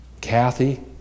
Kathy